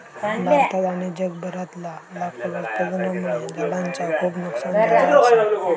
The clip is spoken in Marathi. भारतात आणि जगभरातला लाकूड उत्पादनामुळे झाडांचा खूप नुकसान झाला असा